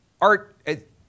art